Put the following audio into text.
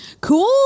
Cool